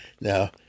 Now